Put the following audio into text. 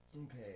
Okay